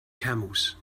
camels